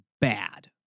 bad